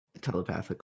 telepathic